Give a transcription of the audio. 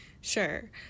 Sure